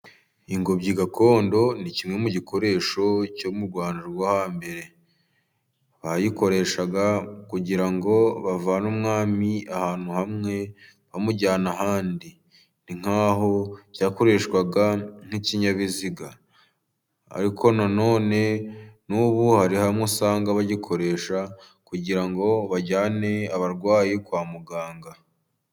Ingobyi gakondo ni kimwe mu gikoresho cyo mu Rwanda rwo hambere, bayikoreshaga kugira ngo bavane umwami ahantu hamwe bamujyana ahandi, ni nk'aho cyakoreshwaga nk'ikinyabiziga, ariko na none n'ubu hari hamwe usanga bagikoresha kugira ngo bajyane abarwayi kwa muganga.